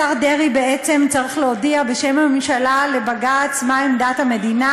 השר דרעי בעצם צריך להודיע בשם הממשלה לבג"ץ מה עמדת המדינה